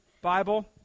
Bible